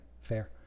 Fair